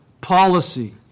policy